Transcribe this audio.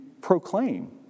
proclaim